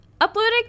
uploading